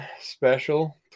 special